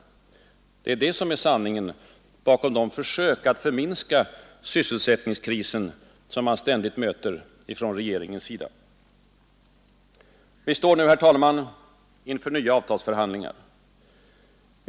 Det är det som är sanningen bakom de försök att förminska sysselsättningskrisen som man ständigt möter från regeringens sida. Vi står nu, herr talman, inför nya avtalsförhandlingar.